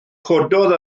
cododd